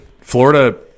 Florida